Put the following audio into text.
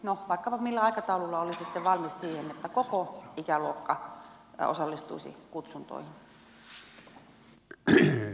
no vaikka millä aikataululla olisitte valmis siihen että koko ikäluokka osallistuisi kutsuntoihin